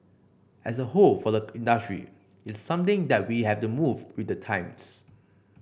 as a whole for the industry it's something that we have to move with the times